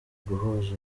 guhuza